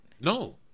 No